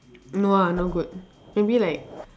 no ah not good maybe like